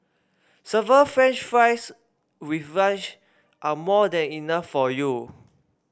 seven french fries with lunch are more than enough for you